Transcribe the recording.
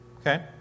Okay